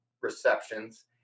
receptions